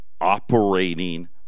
operating